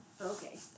Okay